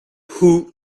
who